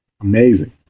amazing